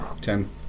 Ten